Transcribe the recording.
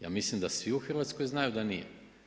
Ja mislim da svi u Hrvatskoj znaju da nije.